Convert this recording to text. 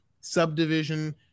Subdivision